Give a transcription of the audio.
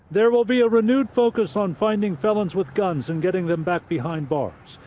there will be a renewed focus on finding felons with guns and getting them back behind bars.